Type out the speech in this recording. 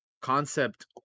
concept